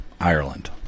Ireland